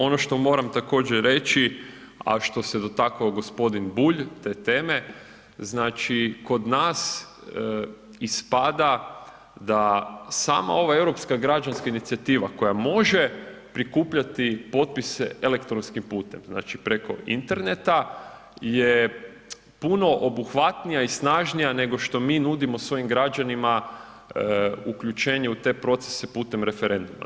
Ono što moram također reći, a što se dotakao g. Bulj te teme, znači kod nas ispada da samo ova Europska građanska inicijativa koja može prikupljati potpise elektronskim putem znači preko interneta je puno obuhvatnija i snažnija nego što mi nudimo svojim građanima, uključenje u te procese putem referenduma.